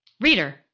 Reader